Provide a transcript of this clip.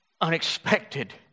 unexpected